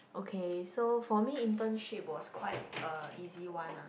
okay so for me internship was quite a easy one ah